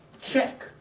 check